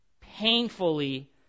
Painfully